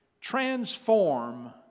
transform